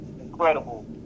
incredible